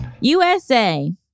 USA